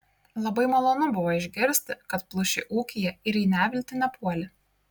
labai malonu buvo išgirsti kad pluši ūkyje ir į neviltį nepuoli